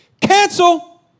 cancel